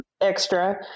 extra